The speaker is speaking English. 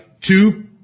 Two